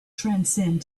transcend